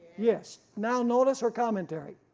yes. now notice her commentary.